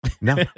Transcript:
No